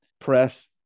Press